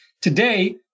Today